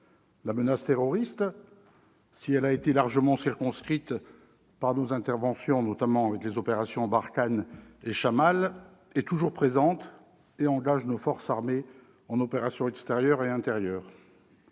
La menace terroriste, si elle a été largement circonscrite par nos interventions, notamment avec les opérations Barkhane et Chammal, est toujours présente et engage nos forces armées en opérations extérieures et intérieures.